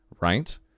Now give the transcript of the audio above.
right